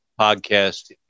Podcast